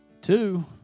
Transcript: Two